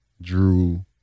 Drew